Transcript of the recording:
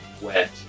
wet